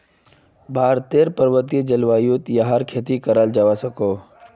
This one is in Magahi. भारतेर पर्वतिये जल्वायुत याहर खेती कराल जावा सकोह